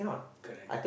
correct